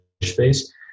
space